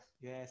Yes